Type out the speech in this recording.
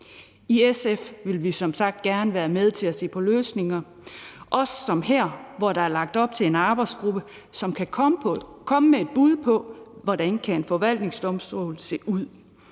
I SF vil vi som sagt gerne være med til at se på løsninger, også som her, hvor der er lagt op til en arbejdsgruppe, som kan komme med et bud på, hvordan en forvaltningsdomstol kan se ud.